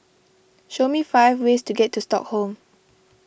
show me five ways to get to Stockholm